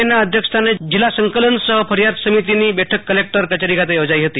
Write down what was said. કેના અધ્યક્ષસ્થાને જિલ્લા સંકલન સહ ફરિયાદ સમિતિની બેઠક કલેક્ટર કચેરી ખાતે યોજાઈ હતી